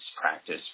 practice